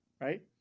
right